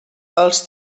els